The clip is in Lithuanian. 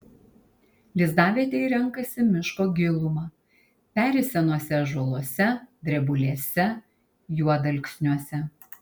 lizdavietei renkasi miško gilumą peri senuose ąžuoluose drebulėse juodalksniuose